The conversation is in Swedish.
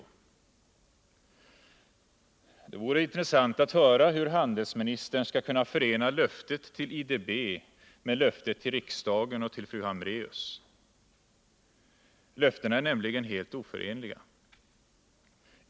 Det vore intressant att höra hur handelsministern skall kunna förena löftet till IDB med löftet till riksdagen och fru Hambraeus. Löftena är nämligen helt oförenliga.